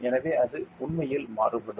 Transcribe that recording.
எனவே அது உண்மையில் மாறுபடும்